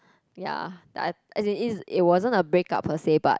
ya I as it it wasn't a break up per se but